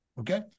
Okay